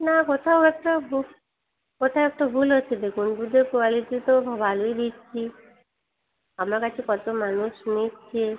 না কোথাও একটা ভু কোথায় একটা ভুল হচ্ছে দেখুন দুধের কোয়ালিটি তো ভালোই বিক্রি আমার কাছে কত মানুষ নিচ্ছেন